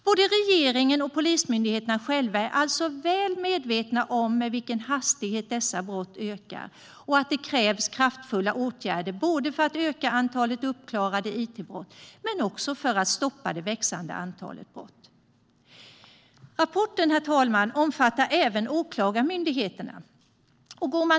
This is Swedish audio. Både regeringen och Polismyndigheten är alltså väl medvetna om med vilken hastighet dessa brott ökar och att det krävs kraftfulla åtgärder både för att öka antalet uppklarade it-brott och för att stoppa det växande antalet brott. Herr talman! Rapporten omfattar även Åklagarmyndigheten.